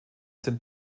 sind